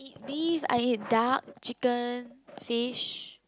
beef I eat duck chicken fish